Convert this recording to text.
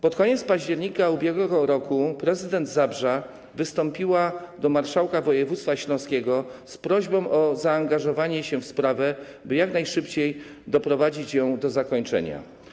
Pod koniec października ub.r. prezydent Zabrza wystąpiła do marszałka województwa śląskiego z prośbą o zaangażowanie się w sprawę, by jak najszybciej doprowadzić do jej zakończenia.